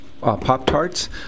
Pop-Tarts